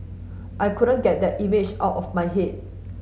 I couldn't get that image out of my head